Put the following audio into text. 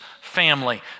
family